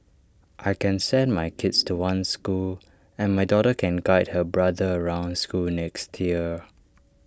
I can send my kids to one school and my daughter can guide her brother around school next year